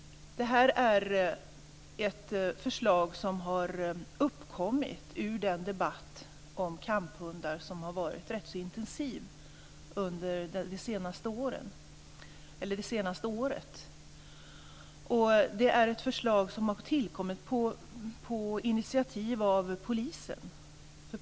Det här är ett förslag som har uppkommit ur den debatt om kamphundar som har varit rätt intensiv under det senaste året. Det är ett förslag som har tillkommit på initiativ av polisen.